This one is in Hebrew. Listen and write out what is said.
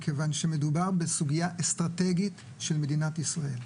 מכיוון שמדובר בסוגייה אסטרטגית של מדינת ישראל.